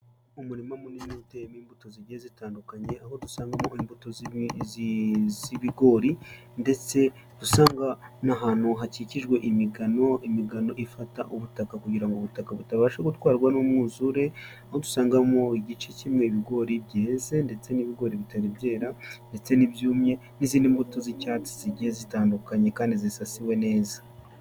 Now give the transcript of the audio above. Umurima munini utewemo imbuto zigiye zitandukanye, aho usangamo imbuto zimwe z'ibigori ndetse dusanga n'ahantu hakikijwe imigano ifata ubutaka, kugira ngo ubutaka butabasha gutwarwa ni umwuzure basangamo igice kimwe cy'ibigori byeze ndetse n'ibigori bitari byera ndetse n'ibyumye n'izindi mbuto z'icyatsi zigiye zitandukanye kandi zisasiwe neza.